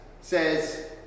says